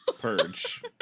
Purge